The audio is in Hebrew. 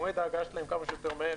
מועד ההגעה שלהם כמה שיותר מהר,